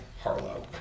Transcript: Harlow